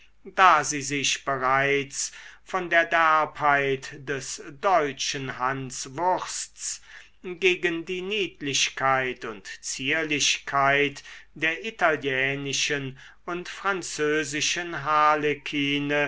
da sie sich bereits von der derbheit des deutschen hanswursts gegen die niedlichkeit und zierlichkeit der italienischen und französischen harlekine